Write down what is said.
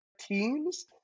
teams